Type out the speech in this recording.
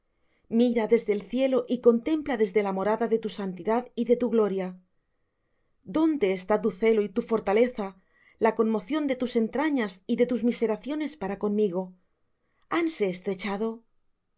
mira desde el cielo y contempla desde la morada de tu santidad y de tu gloria dónde está tu celo y tu fortaleza la conmoción de tus entrañas y de tus miseraciones para conmigo hanse estrechado